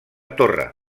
torre